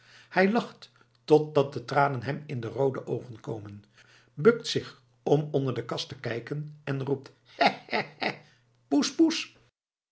hij lacht totdat de tranen hem in de roode oogen komen bukt zich om onder de kast te kijken en roept hè hè hè poes poes